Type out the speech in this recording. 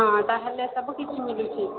ହଁ ତା'ହାଲେ ସବୁ କିଛି ମିଳୁଛି